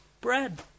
bread